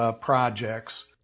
projects